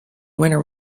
winner